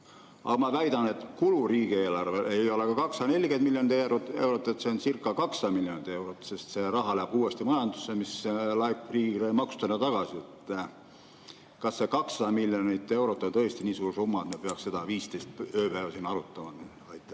Aga ma väidan, et kulu riigieelarvele ei ole ka 240 miljonit eurot, see oncirca200 miljonit eurot, sest see raha läheb uuesti majandusse, laekub riigile maksudena tagasi. Kas see 200 miljonit eurot on tõesti nii suur summa, et me peaksime seda siin nüüd 15 ööpäeva arutama? Aitäh,